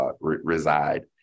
reside